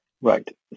Right